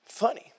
funny